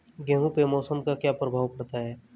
गेहूँ पे मौसम का क्या प्रभाव पड़ता है?